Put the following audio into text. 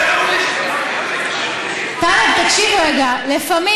אני לא מבין, אבל הבדיקה נעשתה.